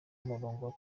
umurongo